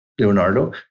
Leonardo